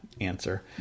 answer